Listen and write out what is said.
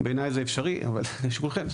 בעיניי זה אפשרי אבל לשיקולכם.